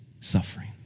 suffering